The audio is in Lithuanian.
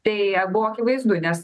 tai buvo akivaizdu nes